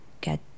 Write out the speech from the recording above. get